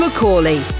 McCauley